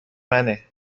منه